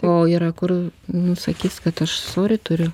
o yra kur nu sakys kad aš sori turiu